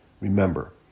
Remember